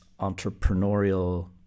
entrepreneurial